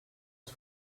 els